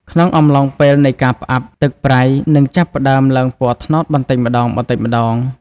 ក្នុងអំឡុងពេលនៃការផ្អាប់ ទឹកប្រៃ នឹងចាប់ផ្តើមឡើងពណ៌ត្នោតបន្តិចម្តងៗ។